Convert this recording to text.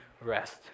rest